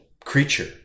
creature